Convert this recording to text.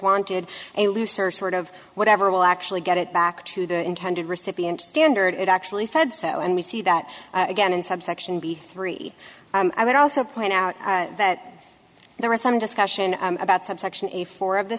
wanted a looser sort of whatever will actually get it back to the intended recipient standard it actually said so and we see that again in subsection b three i would also point out that there was some discussion about subsection a for of the